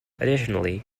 additionally